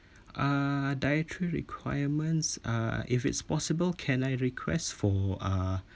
uh dietary requirements uh if it's possible can I request for uh